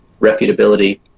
refutability